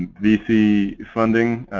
vc funding,